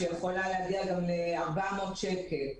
מגבלה שיכולה להגיע גם ל-400 שקל,